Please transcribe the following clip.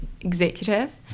executive